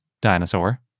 dinosaur